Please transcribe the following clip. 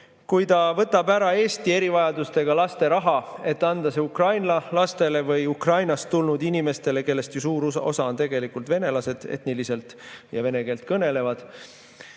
kui ta võtab ära Eesti erivajadustega laste raha, et anda see Ukraina lastele või Ukrainast tulnud inimestele, kellest suur osa on tegelikult venelased etniliselt, vene keelt kõnelevad